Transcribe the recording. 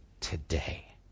today